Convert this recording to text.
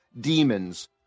demons